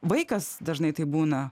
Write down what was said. vaikas dažnai tai būna